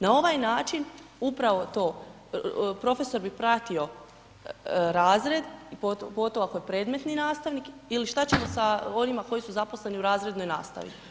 Na ovaj način upravo to, profesor bi pratio razred pogotovo ako je predmetni nastavnik ili šta ćemo sa ovima koji su zaposleni u razrednoj nastavi.